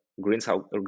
greenhouse